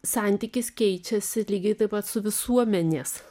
santykis keičiasi lygiai taip pat su visuomenės